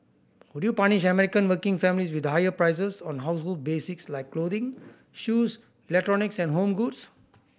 would you punish American working families with higher prices on household basics like clothing shoes electronics and home goods